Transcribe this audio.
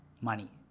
money